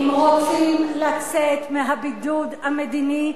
אם רוצים לצאת מהבידוד המדיני,